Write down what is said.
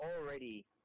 already